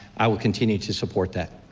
i will continue to support that.